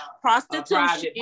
prostitution